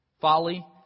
Folly